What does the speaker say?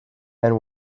and